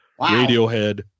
Radiohead